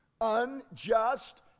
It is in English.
unjust